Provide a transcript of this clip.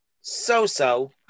so-so